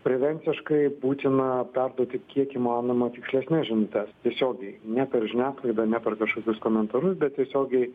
prevenciškai būtina perduoti kiek įmanoma tikslesnes žinutes tiesiogiai ne per žiniasklaidą ne per kažkokius komentarus bet tiesiogiai